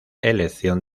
elección